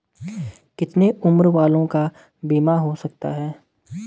कितने उम्र वालों का बीमा हो सकता है?